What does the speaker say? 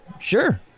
Sure